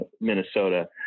Minnesota